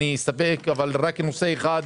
באלימות ופשיעה ומעשי רצח,